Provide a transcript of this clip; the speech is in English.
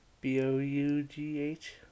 B-O-U-G-H